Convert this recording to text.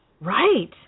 Right